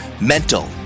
mental